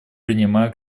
принимаю